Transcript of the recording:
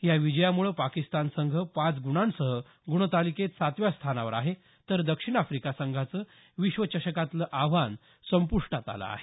या विजयामुळे पाकिस्तान संघ पाच गुणांसह गुणतालिकेत सातव्या स्थानावर आहे तर दक्षिण आफ्रिका संघाचं विश्वचषकातलं आव्हान संप्रष्टात आलं आहे